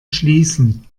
schließen